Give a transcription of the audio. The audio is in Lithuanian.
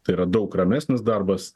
tai yra daug ramesnis darbas